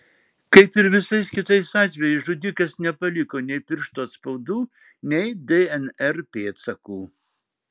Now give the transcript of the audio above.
kaip ir visais kitais atvejais žudikas nepaliko nei pirštų atspaudų nei dnr pėdsakų